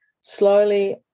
slowly